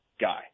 guy